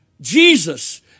Jesus